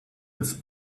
his